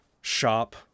shop